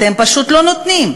אתם פשוט לא נותנים.